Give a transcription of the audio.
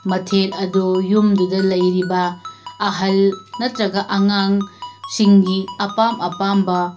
ꯃꯊꯦꯜ ꯑꯗꯨ ꯌꯨꯝꯗꯨꯗ ꯂꯩꯔꯤꯕ ꯑꯍꯜ ꯅꯠꯇ꯭ꯔꯒ ꯑꯉꯥꯡꯁꯤꯡꯒꯤ ꯑꯄꯥꯝ ꯑꯄꯥꯝꯕ